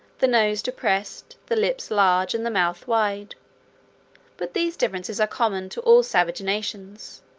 the nose depressed, the lips large, and the mouth wide but these differences are common to all savage nations,